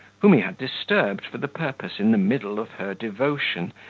whom he had disturbed for the purpose in the middle of her devotion,